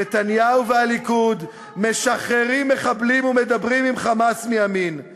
ונתניהו והליכוד משחררים מחבלים ומדברים עם "חמאס" מימין.